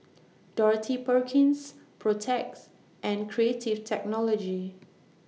Dorothy Perkins Protex and Creative Technology